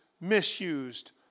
misused